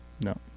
no